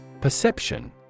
Perception